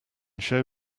show